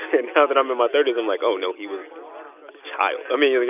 and now that i'm in my thirty s, i'm like, oh, no, he was a child. i mean, yeah